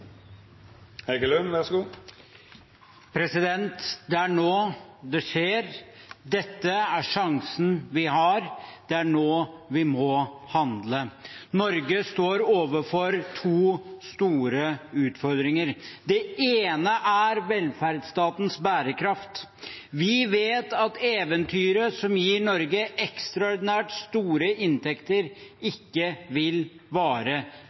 nå det skjer, dette er sjansen vi har, det er nå vi må handle. Norge står overfor to store utfordringer. Det ene er velferdsstatens bærekraft. Vi vet at eventyret som gir Norge ekstraordinært store inntekter, ikke vil vare